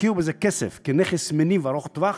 ישקיעו בזה כסף כנכס מניב ארוך-טווח